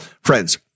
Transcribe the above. friends